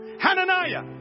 Hananiah